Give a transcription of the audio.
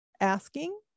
asking